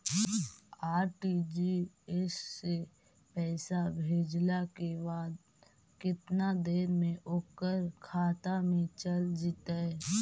RTGS से पैसा भेजला के बाद केतना देर मे ओकर खाता मे चल जितै?